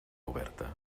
oberta